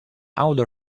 outer